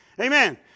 Amen